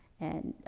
and, ah,